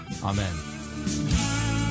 Amen